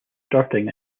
starting